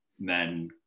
men